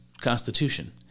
Constitution